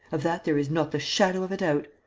of that there is not the shadow of a doubt.